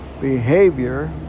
behavior